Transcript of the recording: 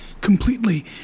completely